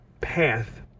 path